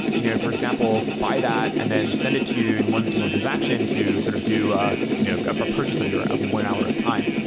you know for example, but that and then send it to you in one single transaction to sort of do a you know purchase of your of your one hour of time.